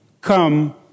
come